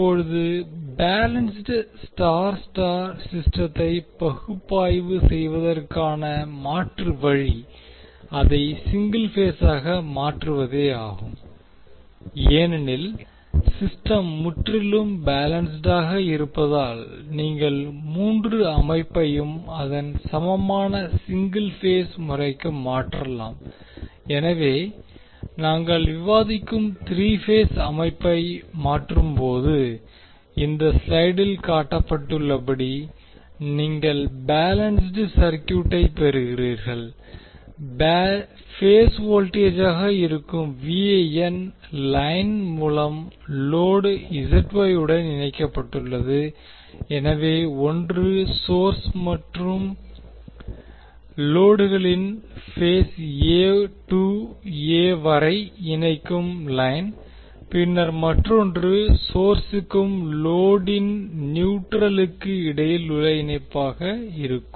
இப்போது balanced star star சிஸ்டத்தை பகுப்பாய்வு செய்வதற்கான மாற்று வழி அதை சிங்கிள் பேஸாக மாற்றுவதே ஆகும் ஏனெனில் சிஸ்டம் முற்றிலும் பேலன்ஸ்ட்டாக இருப்பதால் நீங்கள் மூன்று அமைப்பையும் அதன் சமமான சிங்கிள் பேஸ் முறைக்கு மாற்றலாம் எனவே நாங்கள் விவாதிக்கும் த்ரீ பேஸ் அமைப்பை மாற்றும்போது இந்த ஸ்லைடில் காட்டப்பட்டுள்ளபடி நீங்கள் பேலன்ஸ்ட் சர்க்யூட்டை பெறுகிறீர்கள் பேஸ் வோல்டேஜாக இருக்கும் லைன் மூலம் லோடு ZY உடன் இணைக்கப்பட்டுள்ளது எனவே ஒன்று சோர்ஸ் மற்றும் லோடுகளின் பேஸ் A டு A வரை இணைக்கும் லைன் பின்னர் மற்றொன்று லைன் சோரசுக்கும் லோடின் நியூட்ரலுக்கு இடையே உள்ள இணைப்புக்காக இருக்கும்